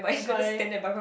by